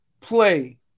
play